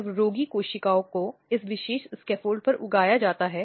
अब उसे अदालत से उचित राहत मिल सकती है